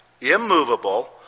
immovable